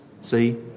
See